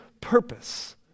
purpose